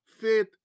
faith